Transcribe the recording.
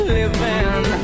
living